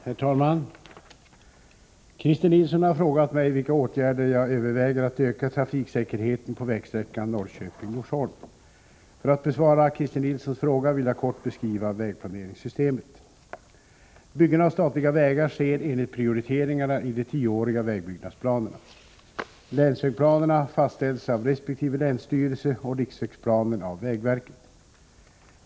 Herr talman! Christer Nilsson har frågat mig vilka åtgärder jag överväger för att öka trafiksäkerheten på vägsträckan Norrköping-Norsholm. För att besvara Christer Nilssons fråga vill jag kort beskriva vägplaneringssystemet. Byggande av statliga vägar sker enligt prioriteringarna i de tioåriga vägbyggnadsplanerna. Länsvägplanerna fastställs av resp. länsstyrelse och riksvägplanen av vägverket.